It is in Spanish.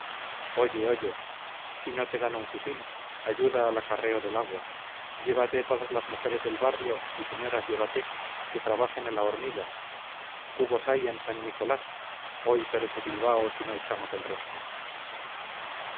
oye oye si no te dan un fusil ayuda al acarreo del agua llévate todas las mujeres del barrio y señoras llévate que trabajen a la hormiga cubos hay en san nicolás hoy perece bilbao si no echamos el resto